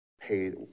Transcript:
paid